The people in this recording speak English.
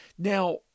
Now